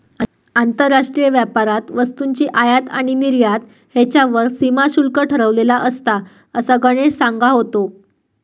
आंतरराष्ट्रीय व्यापारात वस्तूंची आयात आणि निर्यात ह्येच्यावर सीमा शुल्क ठरवलेला असता, असा गणेश सांगा होतो